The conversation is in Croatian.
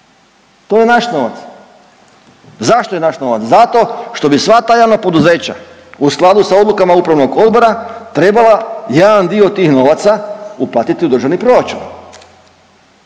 to je naš novac. Zašto je naš novac? Zato što bi sva ta javna poduzeća u skladu sa odlukama Upravnog odbora trebala jedan dio tih novaca uplatiti u državni proračun,